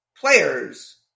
players